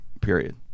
Period